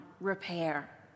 repair